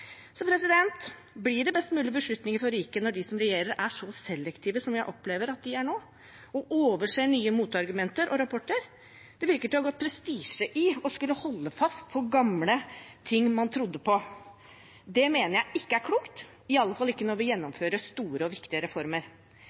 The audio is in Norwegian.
Blir det best mulig beslutninger for riket når de som regjerer, er så selektive som jeg opplever at de er nå, og overser nye motargumenter og rapporter? Det virker som om det har gått prestisje i å skulle holde fast på gamle ting man trodde på. Det mener jeg ikke er klokt, i alle fall ikke når vi gjennomfører store og viktige reformer.